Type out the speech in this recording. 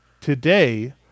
Today